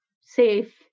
Safe